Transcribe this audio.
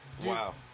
wow